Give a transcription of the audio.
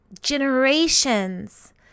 generations